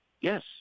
Yes